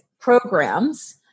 programs